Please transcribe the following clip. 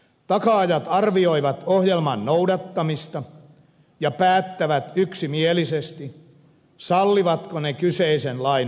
takaajat arvioivat ohjelman noudattamista ja päättävät yksimielisesti sallivatko ne kyseisen lainan maksamisen